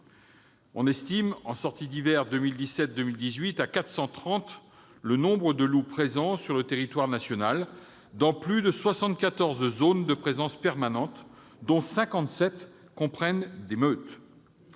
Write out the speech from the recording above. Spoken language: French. on estime à 430, en sortie d'hiver 2017-2018, le nombre de loups présents sur le territoire national, et ce dans plus de 74 zones de présence permanentes, dont 57 comprennent des meutes.